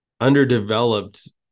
underdeveloped